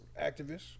activists